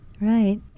Right